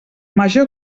major